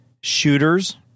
Shooters